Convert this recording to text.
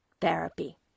therapy